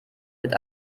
wird